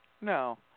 No